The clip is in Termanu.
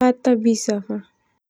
Tah bisa fa.